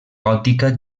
gòtica